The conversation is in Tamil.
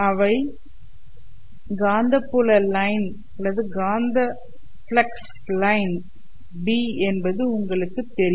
அவை காந்தப்புல லைன் அல்லது காந்தப் ஃப்ளக்ஸ் லைன் B' என்பது உங்களுக்குத் தெரியும்